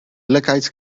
lygaid